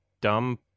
dumb